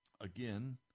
Again